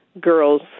girls